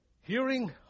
Hearing